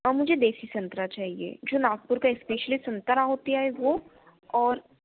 और मुझे देसी संतरा चाहिए जो नागपुर का स्पेशल संतरा हो गया वो और